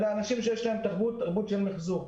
אלה אנשים שיש להם תרבות של מיחזור.